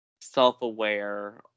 self-aware